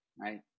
right